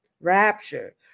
rapture